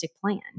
plan